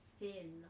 thin